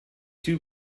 two